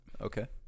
Okay